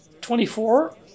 Twenty-four